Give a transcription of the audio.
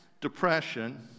depression